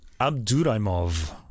Abduraimov